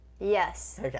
Yes